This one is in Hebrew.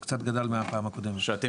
זה קצת גדל מהפעם הקודמת.